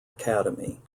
academy